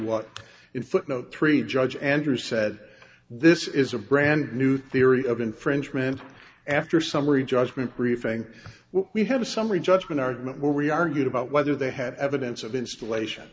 what it footnote three judge andrew said this is a brand new theory of infringement after summary judgment briefing we have a summary judgment argument where we argued about whether they had evidence of installation